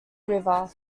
river